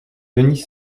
denis